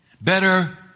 Better